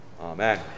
Amen